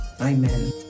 Amen